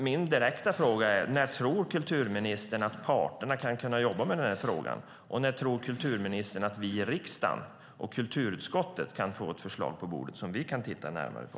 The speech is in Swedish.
Mina direkta frågor är: När tror kulturministern att parterna kan jobba med den här frågan? När tror kulturministern att vi i riksdagen och i kulturutskottet kan få ett förslag på bordet som vi kan titta närmare på?